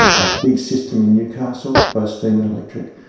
a big system in newcastle, both steam and electric.